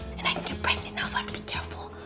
and i can get pregnant now, so i have to be careful.